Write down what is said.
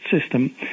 system